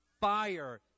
fire